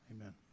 Amen